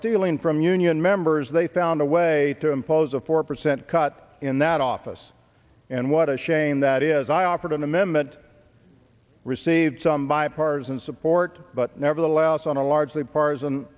stealing from union members they found a way to impose a four percent cut in that office and what a shame that is i offered an amendment received some bipartisan support but nevertheless on a largely p